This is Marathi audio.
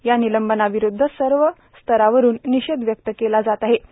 या निलंबनाविरुदध सर्व स्तरावरुन निषेध व्यक्त केला जात होता